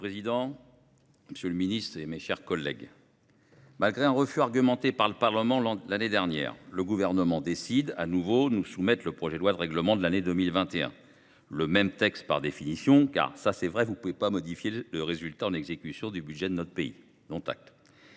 Monsieur le président, monsieur le ministre, mes chers collègues, malgré un refus argumenté par le Parlement l’année dernière, le Gouvernement décide, de nouveau, de nous soumettre le projet de loi de règlement de l’année 2021. Par définition, il s’agit du même texte, car, c’est vrai, vous ne pouvez pas modifier le résultat en exécution du budget de notre pays, monsieur